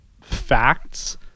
facts